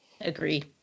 agree